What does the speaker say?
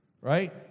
Right